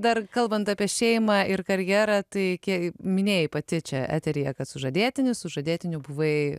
dar kalbant apie šeimą ir karjerą tai kie minėjai pati čia eteryje kad sužadėtinis sužadėtiniu buvai